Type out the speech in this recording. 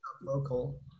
local